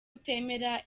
utemera